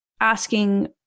asking